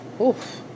Oof